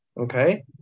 Okay